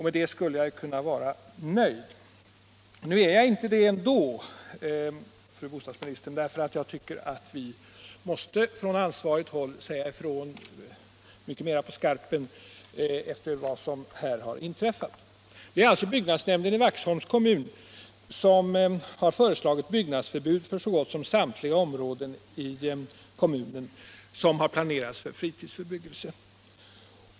Med detta skulle jag ju kunna vara nöjd, men nu är jag ändå inte det, fru bostadsminister. Efter vad som här har inträffat tycker jag nämligen att man från ansvarigt håll måste säga ifrån mycket mera ' på skarpen. Det är alltså här fråga om byggnadsnämnden i Vaxholms kommun, som har föreslagit byggnadsförbud för så gott som samtliga områden i kommunen vilka har planerats för fritidsbebyggelse.